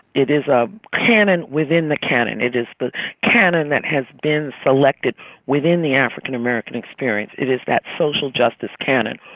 it is a canon within the canon. it is the but canon that has been selected within the african american experience. it is that social justice canon.